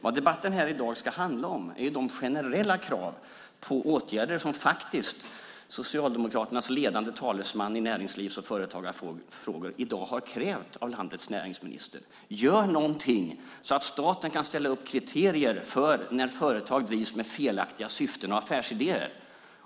Vad debatten i dag ska handla om är de generella krav på åtgärder som Socialdemokraternas ledande talesman i näringslivs och företagarfrågor faktiskt har krävt av landets näringsminister: Gör något så att staten kan ställa upp kriterier för när företag drivs med felaktiga syften och affärsidéer!